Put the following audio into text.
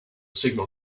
signal